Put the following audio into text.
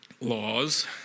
laws